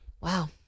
Wow